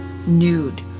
Nude